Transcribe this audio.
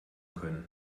können